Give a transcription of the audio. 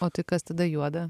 o tai kas tada juoda